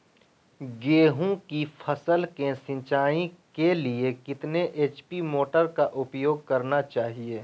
गेंहू की फसल के सिंचाई के लिए कितने एच.पी मोटर का उपयोग करना चाहिए?